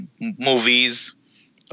movies